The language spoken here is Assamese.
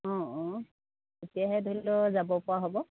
অঁ অঁ তেতিয়াহে ধৰি ল যাব পৰা হ'ব